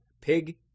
Pig